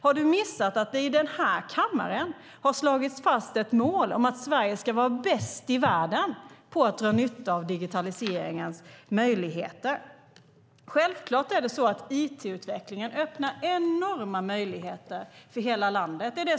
Har hon missat att det i den här kammaren har slagits fast ett mål om att Sverige ska vara bäst i världen på att dra nytta av digitaliseringens möjligheter? Självklart är det så att it-utvecklingen öppnar enorma möjligheter för hela landet.